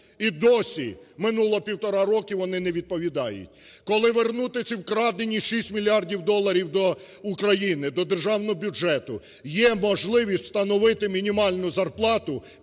і досі, минуло півтора роки, вони не відповідають. Коли вернути ці вкрадені 6 мільярдів доларів до України, до державного бюджету, є можливість встановити мінімальну зарплату